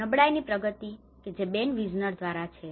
નબળાઈની પ્રગતિ કે જે બેન વિઝનર દ્વારા છે